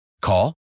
Call